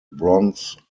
bronze